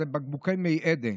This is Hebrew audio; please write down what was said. זה בקבוקי מי עדן.